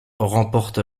remporte